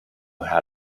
how